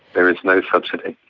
there is no subsidy.